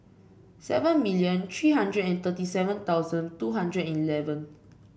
seven million three hundred and thirty seven thousand two hundred and eleven